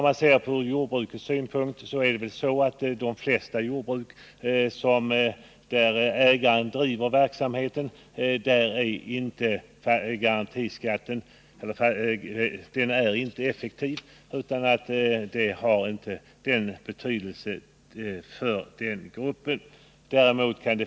Inom jordbruket är det väl så att för de flesta som driver verksamheten själva har garantibeskattningen inte någon effekt — den har inte någon betydelse för den gruppen av jordbrukare.